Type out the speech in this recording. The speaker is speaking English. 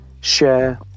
share